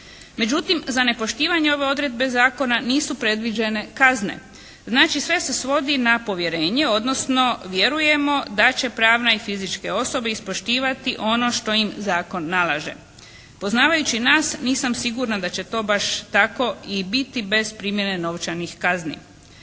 Međutim za nepoštivanje ove odredbe zakona nisu predviđene kazne. Znači sve se svodi na povjerenje odnosno vjerujemo da će pravna i fizičke osobe ispoštivati ono što im zakon nalaže. Poznavajući nas nisam sigurna da će to baš tako i biti bez primjene novčanih kazni.